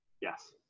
Yes